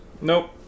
Nope